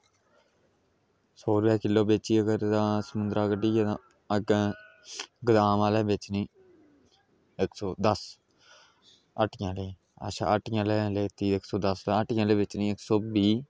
सौ रपेआ किलो बेची तां समुंदरा कड्ढियै बेची अग्गें गोदाम आह्लें बेचनी इक्क सौ दस्स हट्टियां आह्ले ते हट्टियें आह्लें बेचनी इक्क सौ बीह्